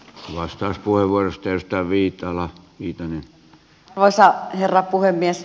hinnoista puhua yhteistä viitala pitää arvoisa herra puhemies